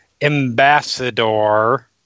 ambassador